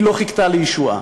לא חיכתה לישועה,